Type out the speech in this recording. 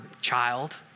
child